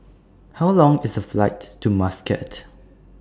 How Long IS The Flight to Muscat